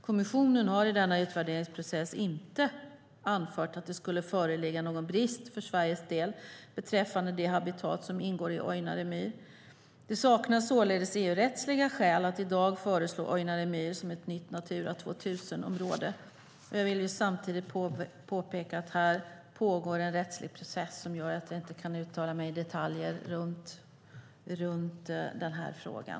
Kommissionen har i denna utvärderingsprocess inte anfört att det skulle föreligga någon brist för Sveriges del beträffande de habitat som ingår i Ojnare myr. Det saknas således EU-rättsliga skäl att i dag föreslå Ojnare myr som ett nytt Natura 2000-område. Jag vill samtidigt påpeka att här pågår en rättslig process som gör att jag inte kan uttala mig i detaljer runt frågan.